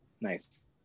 Nice